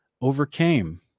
overcame